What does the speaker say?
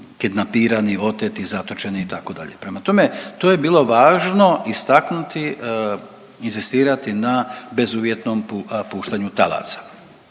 kidnapirani, oteti, zatočeni itd.. Prema tome to je bilo važno istaknuti inzistirati na bezuvjetnom puštanju talaca